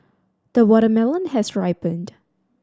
the watermelon has ripened